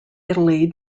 italy